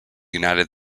united